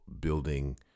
building